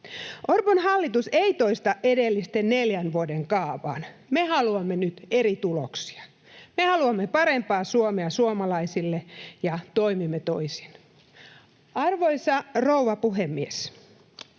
Orvon hallitus ei toista edellisten neljän vuoden kaavaa. Me haluamme nyt eri tuloksia. Me haluamme parempaa Suomea suomalaisille ja toimimme toisin. Arvoisa rouva puhemies!